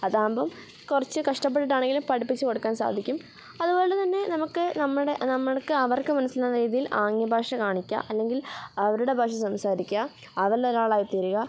അതാകുമ്പം കുറച്ച് കഷ്ടപ്പെട്ടിട്ടാണെങ്കിലും പഠിപ്പിച്ചു കൊടുക്കാൻ സാധിക്കും അതുപോലെ തന്നെ നമുക്ക് നമ്മുടെ നമ്മൾക്ക് അവർക്കു മനസ്സിലാകുന്ന രീതിയിൽ ആംഗ്യ ഭാഷ കാണിക്കുക അല്ലെങ്കിൽ അവരുടെ ഭാഷ സംസാരിക്കുക അവരിലൊരാളായി തീരുക